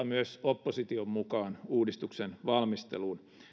myös opposition mukaan uudistuksen valmisteluun